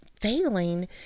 Failing